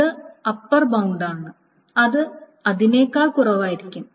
ഇത് അപ്പർ ബൌണ്ടാണ് അത് അതിനേക്കാൾ കുറവായിരിക്കാം